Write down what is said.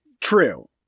True